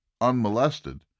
unmolested